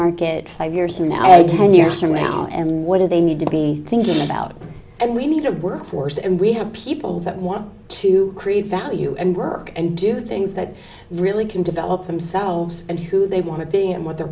market five years from now and ten years from now and what do they need to be thinking about and we need a workforce and we have people that want to create value and work and do things that really can develop themselves and who they want to be and what their